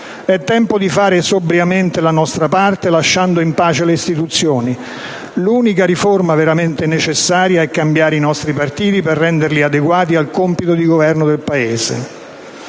È tempo di fare sobriamente la nostra parte, lasciando in pace le istituzioni. L'unica riforma veramente necessaria è cambiare i nostri partiti per renderli adeguati al compito di governo del Paese.